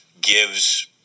gives –